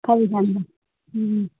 పదిహేనురా